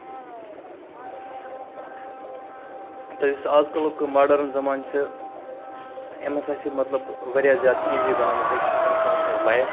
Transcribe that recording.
تہٕ یُس آز کَلُک ماڈٲرٕنۍ زَمانہٕ چھُ أمۍ ہسا چھُ مطلب واریاہ زیادٕ ایزی بَنٲومٕژ أکِس اِنسان سٕنز لایف